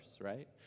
right